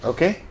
Okay